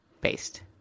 based